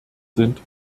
sind